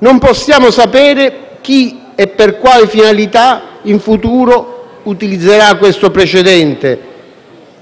non possiamo sapere chi e per quali finalità in futuro utilizzerà questo precedente,